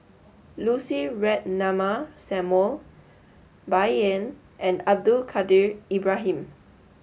Lucy Ratnammah Samuel Bai Yan and Abdul Kadir Ibrahim